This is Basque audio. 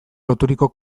loturiko